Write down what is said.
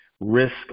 risk